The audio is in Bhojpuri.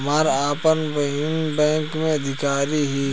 हमार आपन बहिनीई बैक में अधिकारी हिअ